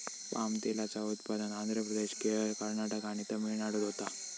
palm तेलाचा उत्पादन आंध्र प्रदेश, केरळ, कर्नाटक आणि तमिळनाडूत होता